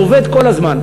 אז זה עובד כל הזמן.